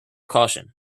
caution